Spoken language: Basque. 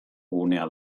gunea